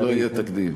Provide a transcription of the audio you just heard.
זה לא יהיה תקדים.